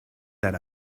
that